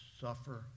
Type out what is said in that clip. suffer